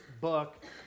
book